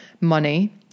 money